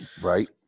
Right